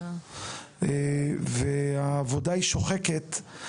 והעבודה היא שוחקת,